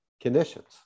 conditions